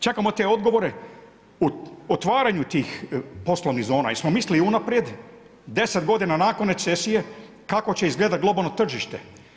Čekamo te odgovore u otvaranju tih poslovnih zona, jer smo mislili unaprijed 10 g. nakon recesije, kako će izgledati globalno tržište.